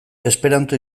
esperanto